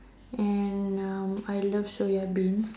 and uh I love soya bean